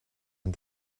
and